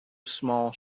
small